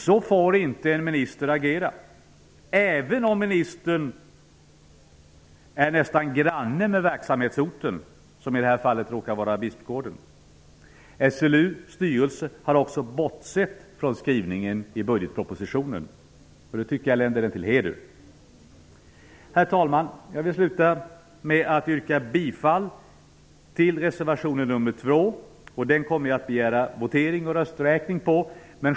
Så får inte en minister agera, även om ministern bor nästan granne med verksamhetsorten, som i det här fallet råkar vara Bispgården. SLU:s styrelse har också bortsett från skrivningen i budgetpropositionen, och det tycker jag länder den till heder. Herr talman! Jag vill slutligen yrka bifall till reservation nr 2, som jag kommer att begära votering och rösträkning på.